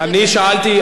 אני שאלתי,